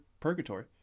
purgatory